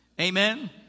Amen